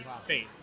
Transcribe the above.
space